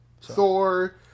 Thor